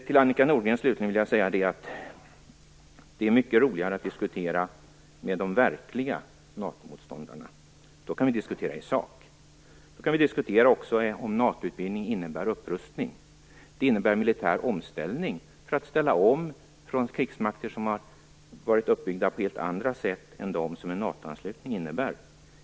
Till Annika Nordgren vill jag säga att det är mycket roligare att diskutera med de verkliga NATO motståndarna. Då kan vi diskutera i sak, också om en NATO-utvidgning innebär upprustning. Den innebär en militär omställning för krigsmakter som har varit uppbyggda på helt andra sätt än de som en NATO anslutning kräver.